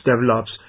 develops